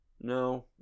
No